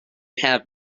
have